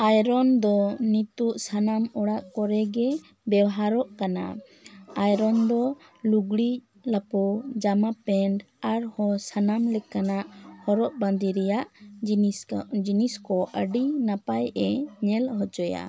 iron ᱫᱚ ᱱᱤᱛᱚᱜ ᱥᱟᱱᱟᱢ ᱚᱲᱟᱜ ᱠᱚᱨᱮ ᱜᱮ ᱵᱮᱣᱦᱟᱨᱚᱜ ᱠᱟᱱᱟ ᱟᱭᱨᱚᱱ ᱫᱚ ᱞᱩᱜᱽᱲᱤᱡ ᱞᱟᱯᱚ ᱡᱟᱢᱟ ᱯᱮᱱᱴ ᱟᱨᱦᱚᱸ ᱥᱟᱱᱟᱢ ᱞᱮᱠᱟᱱᱟᱜ ᱦᱚᱨᱚᱜ ᱵᱟᱸᱫᱮ ᱨᱮᱭᱟᱜ ᱡᱤᱱᱤᱥ ᱠᱚ ᱡᱤᱱᱤᱥ ᱠᱚ ᱟᱹᱰᱤ ᱱᱟᱯᱟᱭᱼᱮ ᱧᱮᱞ ᱦᱚᱪᱚᱭᱟ